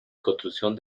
construcción